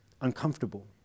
uncomfortable